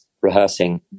rehearsing